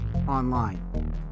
online